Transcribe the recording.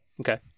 Okay